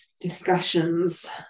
discussions